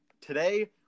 Today